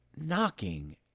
knocking